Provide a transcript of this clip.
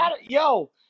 Yo